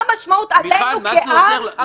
מה המשמעות עלינו כעם.